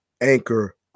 Anchor